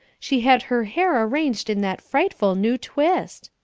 she had her hair arranged in that frightful new twist!